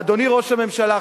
אדוני ראש הממשלה,